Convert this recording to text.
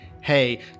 hey